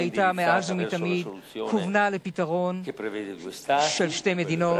היתה מאז ומתמיד מכוונת לפתרון של שתי מדינות,